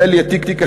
תן לי את תיק החינוך,